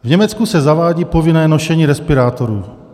V Německu se zavádí povinné nošení respirátorů.